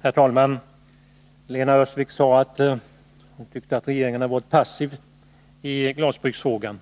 Herr talman! Lena Öhrsvik sade att regeringen hade varit passiv i glasbruksfrågan.